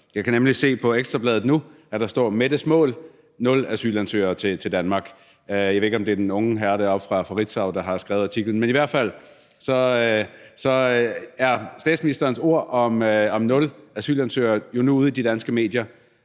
Jeg kan nemlig se på Ekstra Bladet nu, at der står: »Mette mål: Nul asylsøgere til Danmark«. Jeg ved ikke, om det er den unge herre fra Ritzau, der har skrevet artiklen, men i hvert fald er statsministerens ord om nul asylansøgere jo nu ude i de danske medier.